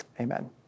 Amen